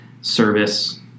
service